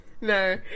No